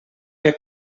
fer